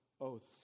oaths